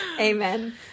Amen